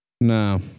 No